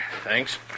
Thanks